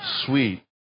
sweet